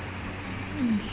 that's the thing and then